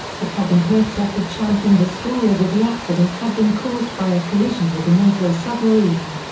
popov and motsak had championed the story that the accident had been caused by a collision with a nato submarine.